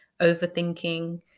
overthinking